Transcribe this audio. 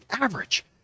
average